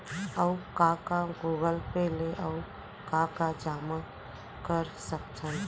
अऊ का का गूगल पे ले अऊ का का जामा कर सकथन?